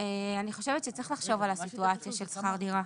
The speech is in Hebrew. אני חושבת שצריך לחשוב על הסיטואציה של שכר דירה.